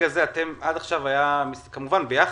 עד עכשיו היה כמובן ביחד,